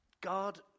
God